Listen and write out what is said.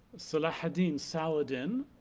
salah ad-din saladin